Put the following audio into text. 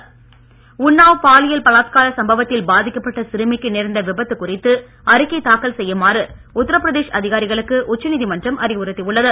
உன்னாவ் உன்னாவ் பாலியல் பலாத்கார சம்பவத்தில் பாதிக்கப்பட்ட சிறுமிக்கு நேர்ந்த விபத்துக் குறித்து அறிக்கை தாக்கல் செய்யுமாறு உத்திரப்பிரதேஷ் அதிகாரிகளுக்கு உச்சநீதிமன்றம் அறிவுறுத்தியுள்ளது